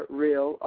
real